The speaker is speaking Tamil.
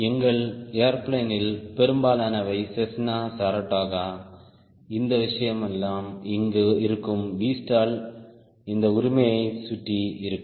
எங்கள் ஏர்பிளேன்ல் பெரும்பாலானவை செஸ்னா சரடோகா இந்த விஷயமெல்லாம் இருக்கும் Vstall இந்த உரிமையைச் சுற்றி இருக்கும்